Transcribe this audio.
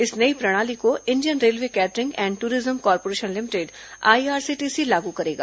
इस नई प्रणाली को Indian Railway Catering and Tourism Corporation Limited IRCTC लागू करेगा